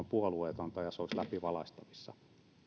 puolueetonta ja se olisi läpivalaistavissa